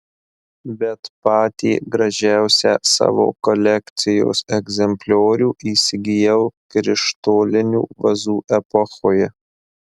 bet patį gražiausią savo kolekcijos egzempliorių įsigijau krištolinių vazų epochoje